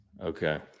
Okay